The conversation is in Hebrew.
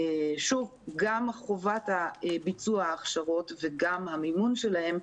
גם חובת ביצוע ההכשרות וגם המינון שלהן,